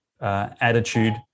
attitude